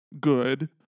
good